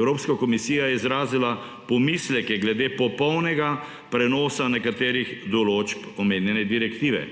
Evropska komisija izrazila pomisleke glede popolnega prenosa nekaterih določb omenjene direktive.